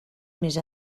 més